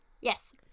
Yes